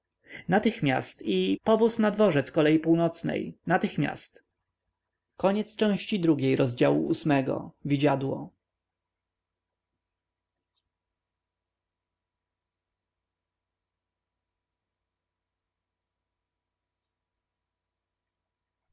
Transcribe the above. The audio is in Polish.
natychmiast i powóz na dworzec kolei północnej natychmiast wróciwszy